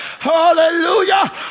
hallelujah